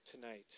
tonight